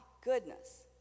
goodness